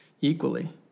equally